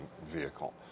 vehicle